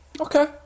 Okay